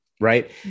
right